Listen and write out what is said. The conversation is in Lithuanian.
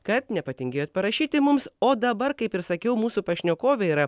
kad nepatingėjot parašyti mums o dabar kaip ir sakiau mūsų pašnekovė yra